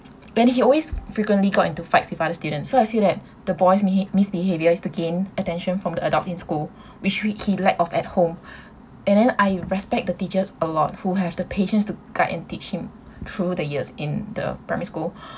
and he always frequently got into fights with other students so I feel that the boy mis~ misbehaviour is to gain attention from the adults in school which he lack of at home and then I respect the teachers a lot who have the patience to guide and teach him throughout the years in the primary school